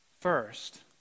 First